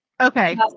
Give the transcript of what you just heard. Okay